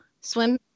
swim